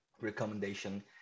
recommendation